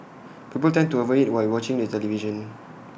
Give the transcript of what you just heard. people tend to over eat while watching the television